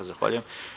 Zahvaljujem.